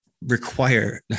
require